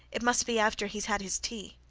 it must be after he's had his tea.